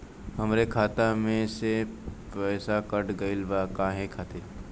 हमरे खाता में से पैसाकट गइल बा काहे खातिर?